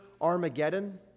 Armageddon